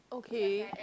okay